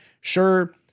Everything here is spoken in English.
Sure